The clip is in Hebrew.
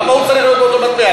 למה הוא צריך להיות באותו מטבע?